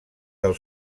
del